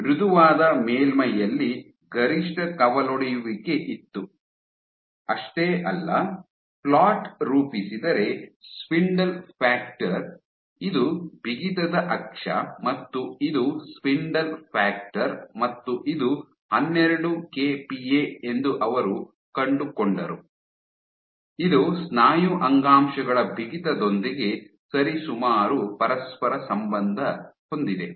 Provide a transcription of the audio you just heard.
ಮೃದುವಾದ ಮೇಲ್ಮೈಯಲ್ಲಿ ಗರಿಷ್ಠ ಕವಲೊಡೆಯುವಿಕೆ ಇತ್ತು ಅಷ್ಟೇ ಅಲ್ಲ ಫ್ಲೋಟ್ ರೂಪಿಸಿದರೆ ಸ್ಪಿಂಡಲ್ ಫ್ಯಾಕ್ಟರ್ ಇದು ಬಿಗಿತದ ಅಕ್ಷ ಮತ್ತು ಇದು ಸ್ಪಿಂಡಲ್ ಫ್ಯಾಕ್ಟರ್ ಮತ್ತು ಇದು ಹನ್ನೆರಡು ಕೆಪಿಎ ಎಂದು ಅವರು ಕಂಡುಕೊಂಡರು ಇದು ಸ್ನಾಯು ಅಂಗಾಂಶಗಳ ಬಿಗಿತದೊಂದಿಗೆ ಸರಿಸುಮಾರು ಪರಸ್ಪರ ಸಂಬಂಧ ಹೊಂದಿದೆ